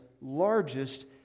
largest